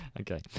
Okay